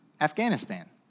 Afghanistan